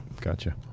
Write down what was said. Gotcha